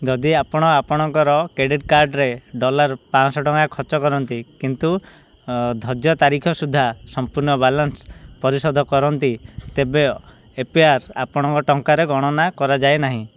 ଯଦି ଆପଣ ଆପଣଙ୍କର କ୍ରେଡ଼ିଟ୍ କାର୍ଡ଼ରେ ଡଲାର୍ ପାଆଁଶ ଖର୍ଚ୍ଚ କରନ୍ତି କିନ୍ତୁ ଧର୍ଯ୍ୟ ତାରିଖ ସୁଦ୍ଧା ସମ୍ପୂର୍ଣ୍ଣ ବାଲାନ୍ସ ପରିଶୋଧ କରନ୍ତି ତେବେ ଏ ପି ଆର୍ ଆପଣଙ୍କ ଟଙ୍କାରେ ଗଣନା କରାଯାଏ ନାହିଁ